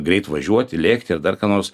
greit važiuoti lėkti ar dar ką nors